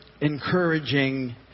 encouraging